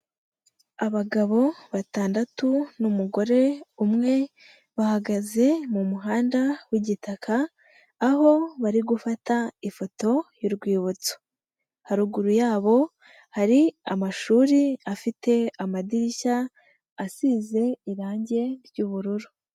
Abagabo batandatu n'umugore umwe bahagaze mu muhanda w'igitaka aho bari gufata ifoto y'urwibutso, haruguru yabo hari amashuri afite amadirishya asize irange ry'ubururu.